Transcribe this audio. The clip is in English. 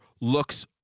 looks